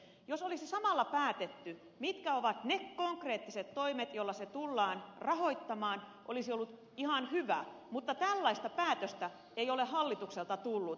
jos olisi samalla päätetty mitkä ovat ne konkreettiset toimet joilla se tullaan rahoittamaan se olisi ollut ihan hyvä mutta tällaista päätöstä ei ole hallitukselta tullut